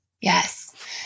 Yes